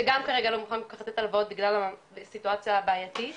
שגם כן לא מוכן כרגע לתת הלוואות בגלל הסיטואציה הבעייתית.